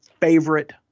favorite